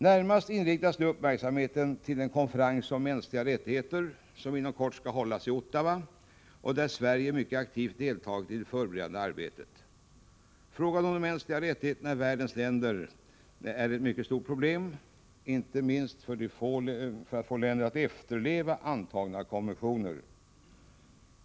Närmast inriktas nu uppmärksamheten på den konferens om mänskliga rättigheter som inom kort skall hållas i Ottawa och där Sverige mycket aktivt deltagit i det förberedande arbetet. Frågan om de mänskliga rättigheterna i världens länder är ett mycket stort problem, inte minst för att få länder att efterleva antagna konventioner.